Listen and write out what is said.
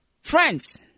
friends